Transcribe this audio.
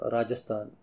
Rajasthan